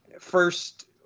first